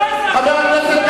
החרדי?